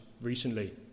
recently